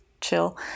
chill